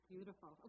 Beautiful